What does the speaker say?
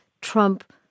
Trump